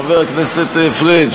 חבר הכנסת פריג',